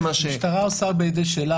המשטרה עושה כבשלה